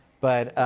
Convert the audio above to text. but,